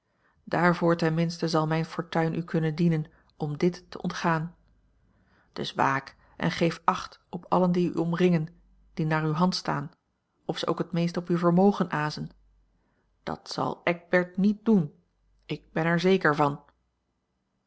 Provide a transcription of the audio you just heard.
ten minste zal mijn fortuin u kunnen dienen om dit te ontgaan dus waak en geef acht op allen die u omringen die naar uwe hand staan of ze ook het meest op uw vermogen azen dat zal eckbert niet doen ik ben er zeker van